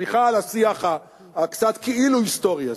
סליחה על השיח הקצת-כאילו-היסטורי הזה,